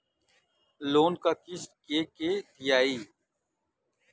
Loan क किस्त के के दियाई?